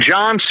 John